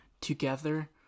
together